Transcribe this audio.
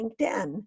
LinkedIn